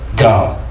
go!